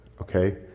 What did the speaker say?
Okay